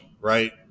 right